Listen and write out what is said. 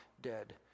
dead